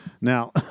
Now